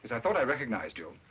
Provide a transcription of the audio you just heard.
i thought i recognized you.